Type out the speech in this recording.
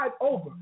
over